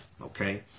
okay